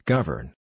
Govern